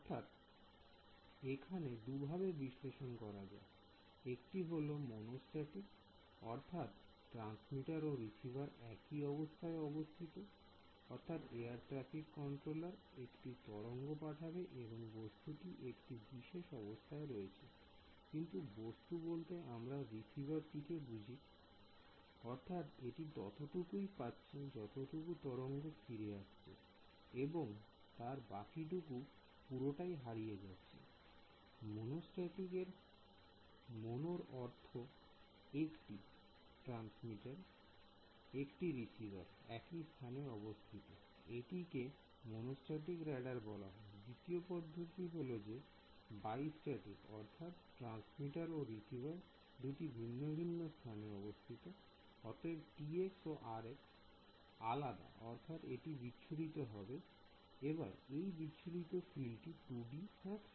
অর্থাৎ এখানে দুভাবে বিশ্লেষণ করা যায় একটি হল মনো স্ট্যাটিক অর্থাৎ ট্রান্সমিটার ও রিসিভার একই অবস্থায় অবস্থিত অর্থাৎ এয়ার ট্রাফিক কন্ট্রোলার একটি তরঙ্গ পাঠাবে এবং বস্তুটি একটি বিশেষ অবস্থায় রয়েছে I এখানে বস্তু বলতে আমরা রিসিভার টিকে বুঝছি অর্থাৎ এটি ততটুকুই পাচ্ছে যতটুকু তরঙ্গ ফিরে আসছি এবং তার বাকিটুকু পুরোটাই হারিয়ে যাচ্ছে I মনো স্ট্যাটিক এর মনো র অর্থ একটি অর্থাৎ একটি ট্রান্সমিটার একটি রিসিভার একই স্থান অবস্থিত I এটিকে মনোস্ট্যাটিক রেডার বলা হয় I দ্বিতীয় পদ্ধতিটি কে বলা হয় বাই স্ট্যাটিক অর্থাৎ ট্রান্সমিটার ও রিসিভার দুটি ভিন্ন ভিন্ন স্থানে অবস্থিত অতএব Tx ও Rx আলাদা অর্থাৎ এটি বিচ্ছুরিত হবে I এবার এই বিচ্ছুরিত ফিল্ড টি 2D না 3D